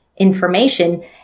Information